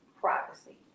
privacy